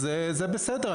זה בסדר,